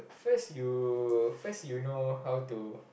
first you first you know how to